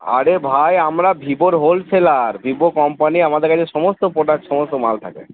আরে ভাই আমার ভিভোর হোলসেলার ভিভো কম্পানি আমাদের কাছে সমস্ত প্রোডাক্ট সমস্ত মাল থাকে